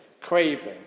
craving